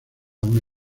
una